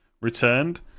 returned